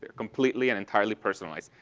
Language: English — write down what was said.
completely and entirely personalized.